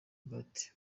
but